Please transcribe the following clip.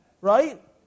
Right